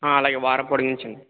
ఆ అలాగే వారం పొడిగించండి